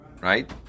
right